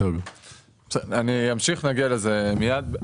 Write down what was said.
אני אמשיך, נגיע לזה מיד.